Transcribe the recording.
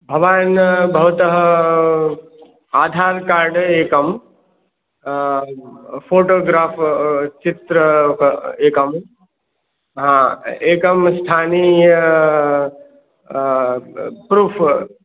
भवान् भवतः आधार् कार्ड् एकं फ़ोटोग्राफ़् चित्रं एकम् एकं स्थानीय प्रूफ़्